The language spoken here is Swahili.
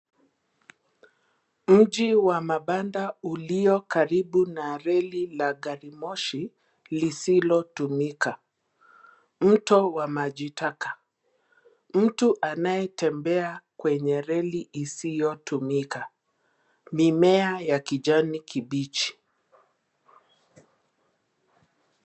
Mji wa mabanda ulio karibu na reli la garimoshi lisilotumika, mto wa majitaka. Mtu anayetembea kwenye reli isiyotumika, mimea ya kijani kibichi.